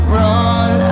run